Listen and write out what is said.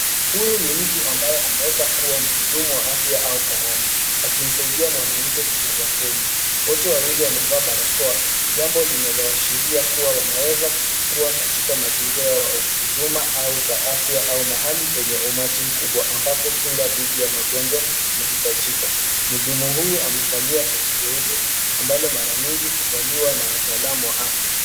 Huyu ni mtu mbaye anaweza kuwa mhudumu wa afya au karani ,akimsaidia mwanamke kujaza fomu. Wote wawili wamevalia barakoa jambo linaloashria kuwa wanaweza kuwa katika mazingira ya huduma za afya au mahali penye umati mkubwa ambapo kinga dhidi ya magonjwa inahitajika .Mhudumu huyu amevalia koti jeupe ambalo mara nyingi huvaliwa na wataalamu wa afya.